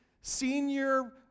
senior